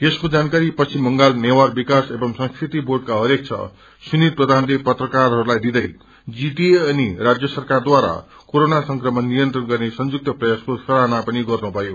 यसको जानकारी पश्चिम बंगाल नेवार विकास एवं संस्कृति बोंडका अध्यक्ष सुनिल प्रबानले पत्रमारहरूलाई दिनुहँदै जीटिए अनि राज्य सरकारद्वारा कोरोना संक्रमण नियंत्रण गर्ने संयुक्त प्रयासको सराहना पनि गर्नुभयो